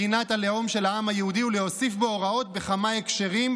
מדינת הלאום של העם היהודי ולהוסיף בו הוראות בכמה הקשרים,